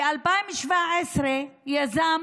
ב-2017 יזם